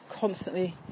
constantly